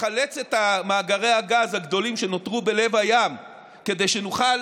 לחלץ את מאגרי הגז הגדולים שנותרו בלב הים כדי שנוכל